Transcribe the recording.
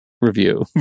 review